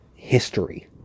history